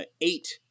eight